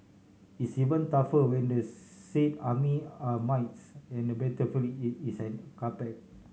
it's even tougher when the said army are mites and the battlefield the carpet